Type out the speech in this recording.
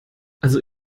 also